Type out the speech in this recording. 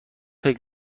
فکر